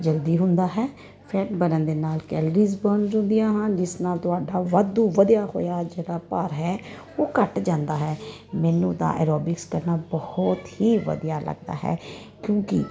ਜਲਦੀ ਹੁੰਦਾ ਹੈ ਫੈਟ ਬਰਨ ਦੇ ਨਾਲ ਕੈਲਰੀਜ ਬਰਨ ਹੁੰਦੀਆਂ ਹਨ ਜਿਸ ਨਾਲ ਤੁਹਾਡਾ ਵਾਧੂ ਵਧਿਆ ਹੋਇਆ ਜਿਹੜਾ ਭਾਰ ਹੈ ਉਹ ਘੱਟ ਜਾਂਦਾ ਹੈ ਮੈਨੂੰ ਤਾਂ ਐਰੋਬਿਕਸ ਕਰਨਾ ਬਹੁਤ ਹੀ ਵਧੀਆ ਲੱਗਦਾ ਹੈ ਕਿਉਂਕਿ